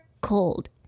cold